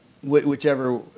whichever